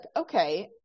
okay